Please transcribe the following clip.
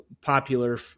popular